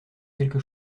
quelque